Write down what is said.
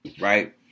right